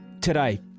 today